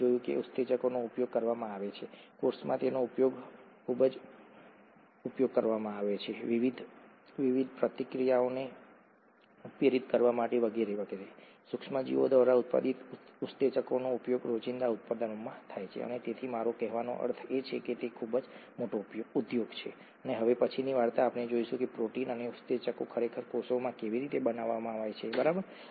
આપણે જોયું કે ઉત્સેચકોનો ઉપયોગ કરવામાં આવે છે કોષમાં તેનો ખૂબ જ ઉપયોગ કરવામાં આવે છે વિવિધ વિવિધ પ્રતિક્રિયાઓને ઉત્પ્રેરિત કરવા માટે વગેરે સુક્ષ્મસજીવો દ્વારા ઉત્પાદિત ઉત્સેચકોનો ઉપયોગ રોજિંદા ઉત્પાદનોમાં થાય છે અને તેથી મારો કહેવાનો અર્થ એ છે કે તે ખૂબ મોટો ઉદ્યોગ છે હવે પછીની વાર્તા આપણે જોઈશું કે પ્રોટીન અને ઉત્સેચકો ખરેખર કોષમાં કેવી રીતે બનાવવામાં આવે છે બરાબર